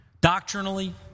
doctrinally